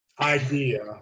idea